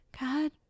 God